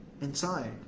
inside